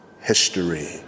history